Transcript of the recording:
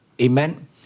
Amen